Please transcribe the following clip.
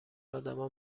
آدما